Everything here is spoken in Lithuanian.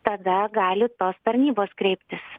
tada gali tos tarnybos kreiptis